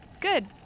good